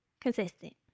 Consistent